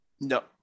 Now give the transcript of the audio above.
No